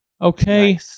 Okay